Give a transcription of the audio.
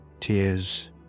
tears